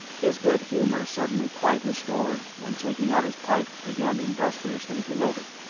his good humour suddenly quite restored, and taking out his pipe began industriously to load it.